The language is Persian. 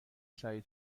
سریع